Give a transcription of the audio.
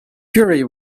puri